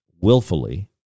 willfully